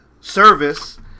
service